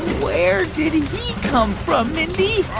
where did he come from, mindy?